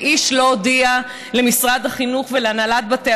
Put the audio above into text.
ואיש לא הודיע למשרד החינוך ולהנהלת בתי